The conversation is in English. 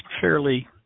fairly